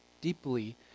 deeply